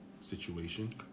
situation